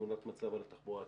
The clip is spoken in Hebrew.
תמונת מצב על התחבורה הציבורית.